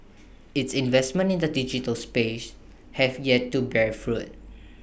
its investments in the digital space have yet to bear fruit